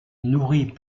nourrit